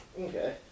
Okay